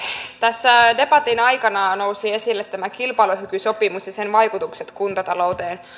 tässä debatin aikana nousi esille tämä kilpailukykysopimus ja sen vaikutukset kuntatalouteen